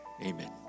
Amen